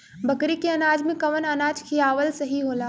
बकरी के अनाज में कवन अनाज खियावल सही होला?